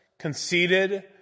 conceited